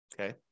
Okay